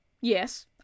yes